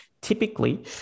typically